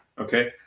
Okay